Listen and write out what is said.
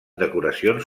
decoracions